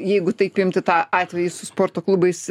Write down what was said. jeigu taip imti tą atvejį su sporto klubais